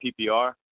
PPR